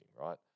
right